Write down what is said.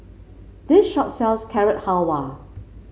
this shop sells Carrot Halwa